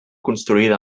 construïda